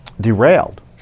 derailed